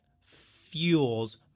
fuels